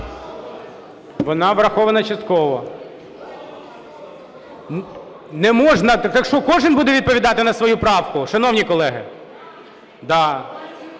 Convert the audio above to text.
Вона врахована частково. Не можна. Так що кожен буде відповідати на свою правку, шановні колеги?